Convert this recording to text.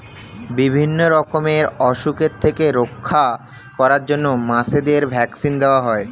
বিভিন্ন রকমের অসুখের থেকে রক্ষা করার জন্য মাছেদের ভ্যাক্সিন দেওয়া হয়